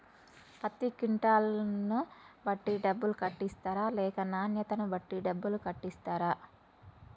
పత్తి క్వింటాల్ ను బట్టి డబ్బులు కట్టిస్తరా లేక నాణ్యతను బట్టి డబ్బులు కట్టిస్తారా?